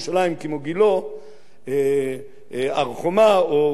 הר-חומה או חומת-שמואל,